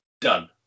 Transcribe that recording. Done